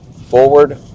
forward